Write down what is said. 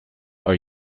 are